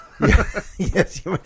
Yes